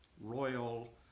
royal